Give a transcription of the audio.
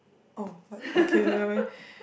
oh but okay never mind